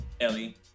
Ellie